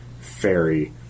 fairy